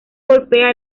golpea